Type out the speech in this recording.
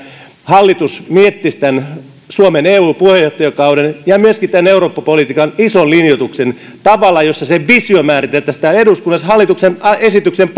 hallitus miettisi suomen eu puheenjohtajakauden ja myöskin tämän eurooppa politiikan ison linjoituksen tavalla jossa se visio määriteltäisiin täällä eduskunnassa hallituksen esityksen